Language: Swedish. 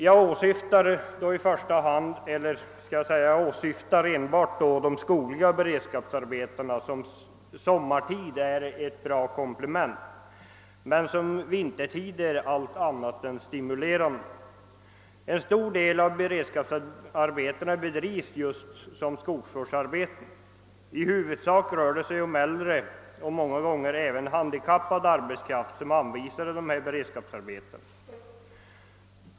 Jag åsyftar då enbart de skogliga beredskapsarbetena, som sommartid är ett bra komplement men som vintertid är allt annat än stimulerande. En stor del av beredskapsarbetena bedrivs just inom skogsvården. I huvudsak är det äldre och många gånger även handikappad arbetskraft som anvisas sådant beredskapsarbete.